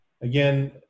Again